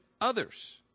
others